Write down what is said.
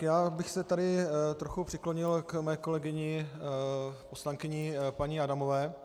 Já bych se tady trochu přiklonil k své kolegyni poslankyni paní Adamové.